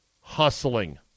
hustling